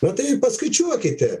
na tai paskaičiuokite